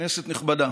כנסת נכבדה,